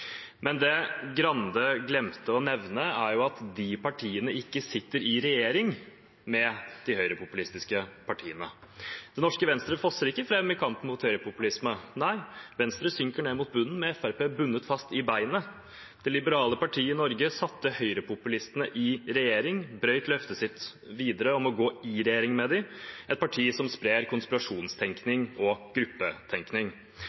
Men det Skei Grande glemte å nevne, er at de partiene ikke sitter i regjering med de høyrepopulistiske partiene. Det norske Venstre fosser ikke fram i kampen mot høyrepopulisme, Venstre synker ned mot bunnen med Fremskrittspartiet bundet fast i beinet. Det liberale partiet i Norge satte høyrepopulistene i regjering, og de brøt videre løftet sitt om ikke å gå i regjering med dem, med et parti som sprer